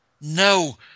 No